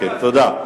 תודה.